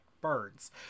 birds